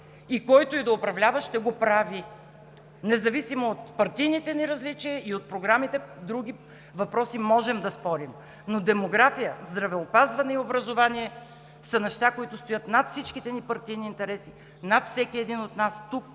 И който и да управлява, ще го прави независимо от партийните ни различия и от програмите. По други въпроси можем да спорим, но демография, здравеопазване и образование са неща, които стоят над всичките ни партийни интереси, над всеки един от нас тук.